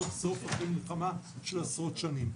סוף סוף אחרי מלחמה של עשרות שנים.